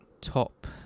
top